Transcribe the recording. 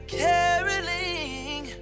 caroling